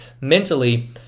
mentally